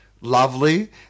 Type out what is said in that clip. lovely